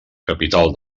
capital